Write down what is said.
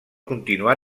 continuar